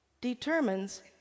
determines